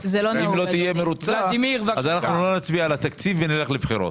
אם לא תהיה מרוצה אז אנחנו לא נצביע על התקציב ונלך לבחירות.